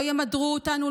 לא ימדרו אותנו,